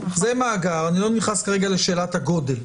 זה מאגר אני לא נכנס כרגע לשאלת הגודל,